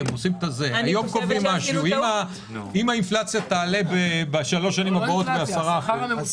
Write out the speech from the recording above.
היום קובעים משהו אבל אם האינפלציה תעלה בשלוש השנים הבאות ב-10%?